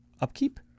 upkeep